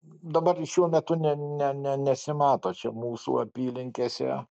dabar šiuo metu ne ne ne nesimato čia mūsų apylinkėse